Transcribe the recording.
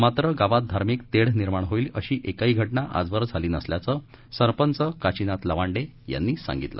मात्र गावात धार्मिक तेढ निर्माण होईल अशी एकही घटना आजवर झाली नसल्याचं सरपंच काशिनाथ लवांडे यांनी सांगितलं